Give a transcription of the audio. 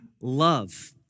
love